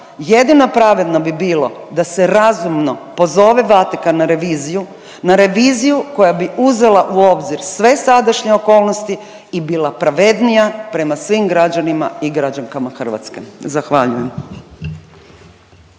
jedino pravedno bi bilo da se razumno pozove Vatikan na reviziju, na reviziju koja bi uzela u obzir sve sadašnje okolnosti i bila pravednija prema svim građanima i građankama Hrvatske, zahvaljujem.